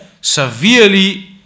severely